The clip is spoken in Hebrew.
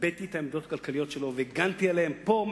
גיביתי את העמדות הכלכליות שלו והגנתי עליהן פה,